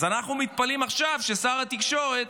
אז אנחנו מתפלאים עכשיו ששר התקשורת